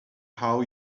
how